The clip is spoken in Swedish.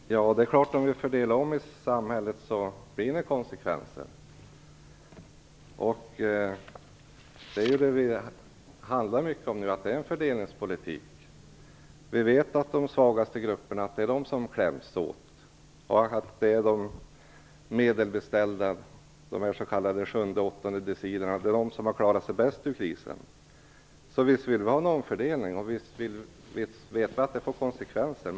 Fru talman! Det är klart att det blir konsekvenser om vi fördelar om i samhället. Det handlar nu mycket om en fördelningspolitik där de svagaste grupperna kläms åt. De medelbeställda - de s.k. sjunde och åttonde decilerna - som har klarat sig bäst under krisen. Så visst vill vi ha en omfördelning, och visst vet vi att detta skulle få konsekvenser.